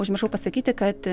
užmiršau pasakyti kad